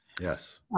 Yes